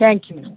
thank you madam